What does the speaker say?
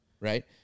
right